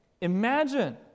imagine